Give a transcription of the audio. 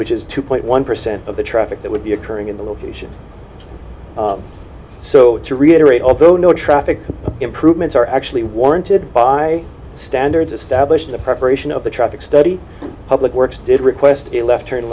which is two point one percent of the traffic that would be occurring in the location so to reiterate although no traffic improvements are actually warranted by standards established the preparation of the traffic study public works did request a left turn